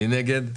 מי נגד?